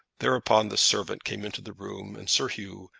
thereupon the servant came into the room, and sir hugh,